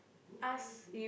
ask